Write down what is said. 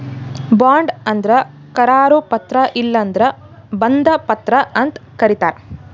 bond ಅಂದ್ರ ಕರಾರು ಪತ್ರ ಇಲ್ಲಂದ್ರ ಬಂಧ ಪತ್ರ ಅಂತ್ ಕರಿತಾರ್